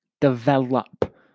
Develop